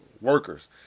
Workers